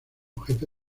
jefe